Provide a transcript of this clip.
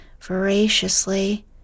voraciously